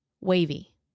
wavy